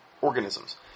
organisms